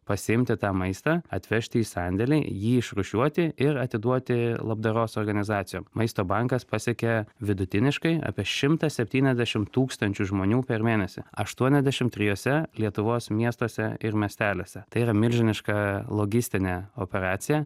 pasiimti tą maistą atvežti į sandėlį jį išrūšiuoti ir atiduoti labdaros organizacijom maisto bankas pasiekia vidutiniškai apie šimtą septyniasdešim tūkstančių žmonių per mėnesį aštuoniasdešim trijose lietuvos miestuose ir miesteliuose tai yra milžiniška logistinė operacija